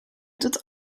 dat